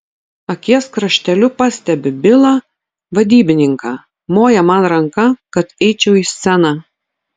akies krašteliu pastebiu bilą vadybininką moja man ranka kad eičiau į sceną